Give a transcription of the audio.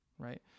Right